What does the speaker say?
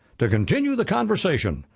to continue the conversation,